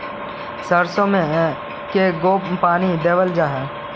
सरसों में के गो पानी देबल जा है?